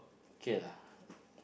okay lah